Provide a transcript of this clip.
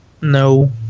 No